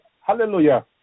Hallelujah